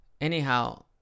anyhow